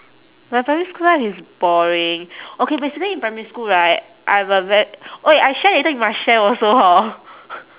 my primary school life is boring okay basically in primary school right I'm a ve~ !oi! I share later you must share also hor